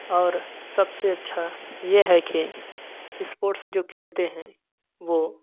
और सबसे अच्छा यह है कि इस्पोर्ट्स जो खेलते हैं वे